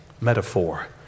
metaphor